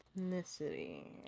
ethnicity